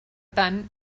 tant